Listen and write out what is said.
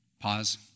Pause